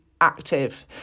active